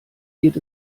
geht